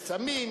יש סמים,